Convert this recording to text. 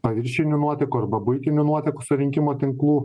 paviršinių nuotekų arba buitinių nuotekų surinkimo tinklų